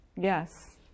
Yes